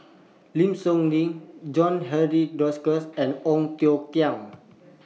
Lim Soo Ngee John Henry and Ong Tiong Khiam